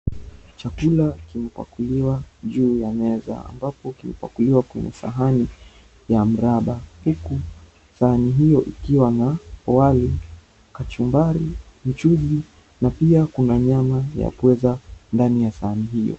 Chakula kimepakuliwa juu ya meza ambapo kimepakuliwa kwenye sahani ya mraba huku sahani hiyo ikiwa na wali, kachumbari, mchuzi na pia kuna nyama ya pweza ndani ya sahani hiyo.